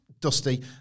Dusty